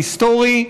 ההיסטורי,